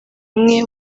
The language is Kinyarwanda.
umwe